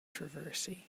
controversy